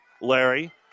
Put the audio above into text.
Larry